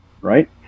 Right